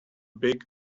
big